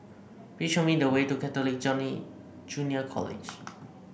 please show me the way to Catholic Junior College